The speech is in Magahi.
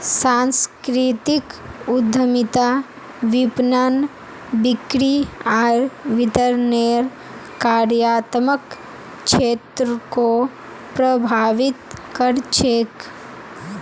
सांस्कृतिक उद्यमिता विपणन, बिक्री आर वितरनेर कार्यात्मक क्षेत्रको प्रभावित कर छेक